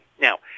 Now